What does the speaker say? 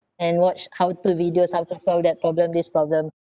and watch how to videos how to solve that problem this problem